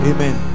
Amen